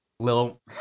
Little